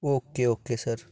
okay okay sir